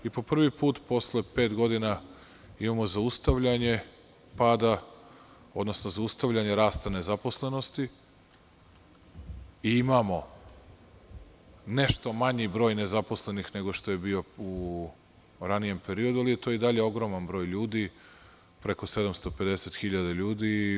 Po prvi put posle pet godina imamo zaustavljanje pada, odnosno zaustavljanje rasta nezaposlenosti i imamo nešto manji broj nezaposlenih nego što je bio u ranijem periodu, ali je to i dalje ogroman broj ljudi, preko 750.000 ljudi.